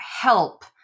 help